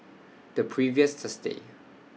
The previous Thursday